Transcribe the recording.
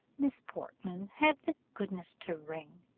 miss portman, have the goodness to ring,